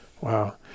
Wow